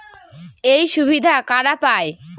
এই সুবিধা কারা পায়?